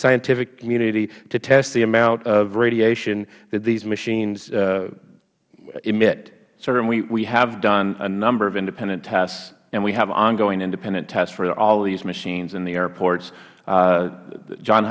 scientific community to test the amount of radiation that these machines emit mister kane sir we have done a number of independent tests and we have ongoing independent tests for all of these machines in the airports john